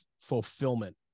fulfillment